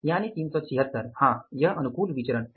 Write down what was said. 376 हां यह अनुकूल विचरण है